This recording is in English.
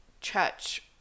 church